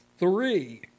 Three